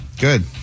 Good